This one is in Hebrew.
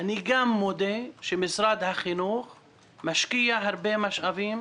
אני גם מודה שמשרד החינוך משקיע הרבה משאבים